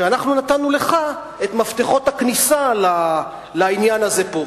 שאנחנו נתנו לך את מפתחות הכניסה לעניין הזה פה.